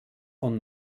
von